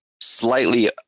slightly